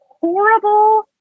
horrible